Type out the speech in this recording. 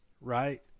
right